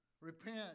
Repent